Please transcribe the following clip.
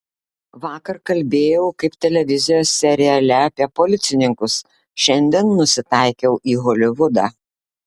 vakar kalbėjau kaip televizijos seriale apie policininkus šiandien nusitaikiau į holivudą